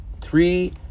three